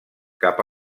cap